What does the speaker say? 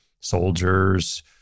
soldiers